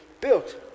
built